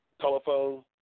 Telephone